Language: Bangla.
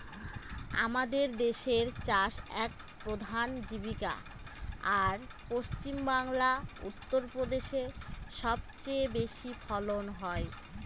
আমাদের দেশের চাষ এক প্রধান জীবিকা, আর পশ্চিমবাংলা, উত্তর প্রদেশে সব চেয়ে বেশি ফলন হয়